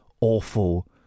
awful